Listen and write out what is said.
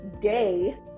Day